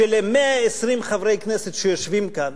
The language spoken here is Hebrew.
של-120 חברי כנסת שיושבים כאן,